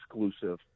exclusive